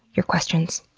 your questions.